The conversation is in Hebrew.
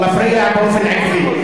הוא מפריע באופן עקבי.